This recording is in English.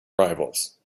rivals